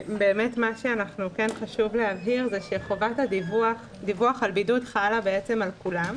חשוב להבהיר שדיווח על בידוד חלה על כולם.